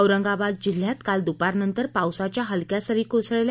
औरंगाबाद जिल्ह्यात काल दुपारनंतर पावसाच्या हलक्या सरी कोसळल्या